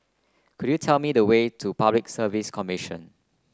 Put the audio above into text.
could you tell me the way to Public Service Commission